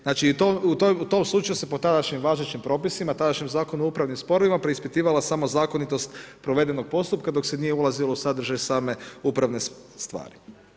Znači u tom slučaju se po tadašnjim važećim propisima, tadašnjim Zakonu o upravnim sporovima preispitivala samo zakonitost provedenog postupka dok se nije ulazilo u sadržaj same upravne stvari.